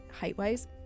height-wise